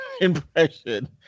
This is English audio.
impression